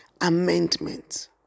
amendment